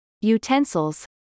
utensils